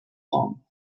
long